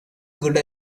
good